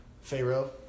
Pharaoh